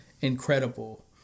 incredible